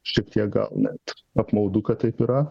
šiek tiek gal net apmaudu kad taip yra